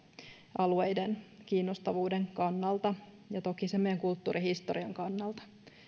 alueiden kiinnostavuuden kannalta ja toki sen meidän kulttuurihistoriamme kannalta